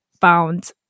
found